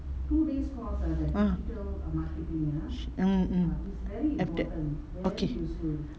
ah mm mm okay